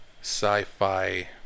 sci-fi